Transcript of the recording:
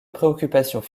préoccupations